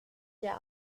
der